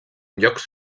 llocs